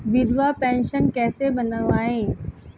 विधवा पेंशन कैसे बनवायें?